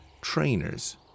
trainers